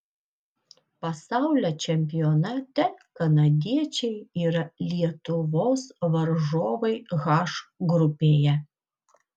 pasaulio čempionate kanadiečiai yra lietuvos varžovai h grupėje